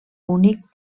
únic